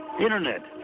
internet